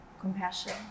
compassion